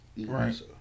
Right